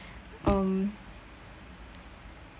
um